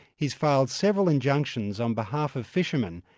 he's filed several injunctions on behalf of fishermen,